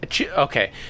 Okay